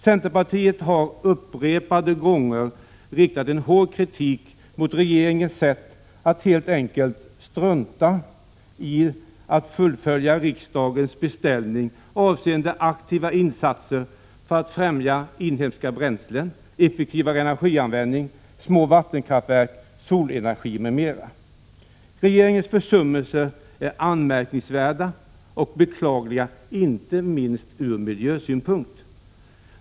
Centerpartiet har upprepade gånger riktat hård kritik mot regeringens sätt att helt enkelt strunta i att fullfölja riksdagens beställning avseende aktiva insatser för att främja inhemska bränslen, effektivare energianvändning, små vattenkraftverk, solenergi m.m. Regeringens försummelser är anmärkningsvärda och beklagliga, inte minst från miljösynpunkt.